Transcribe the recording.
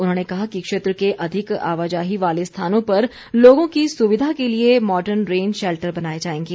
उन्होंने कहा कि क्षेत्र के अधिक आवाजाही वाले स्थानों पर लोगों की सुविधा के लिए मॉडर्न रेन शैल्टर बनाए जाएंगे